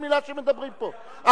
אתה לא יכול להתערב בכל מלה שמדברים פה.